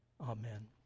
Amen